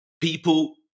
people